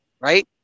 right